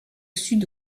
sud